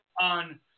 on –